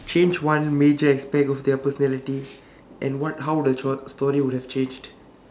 change one major aspect of their personality and what how the story would have changed